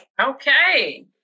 Okay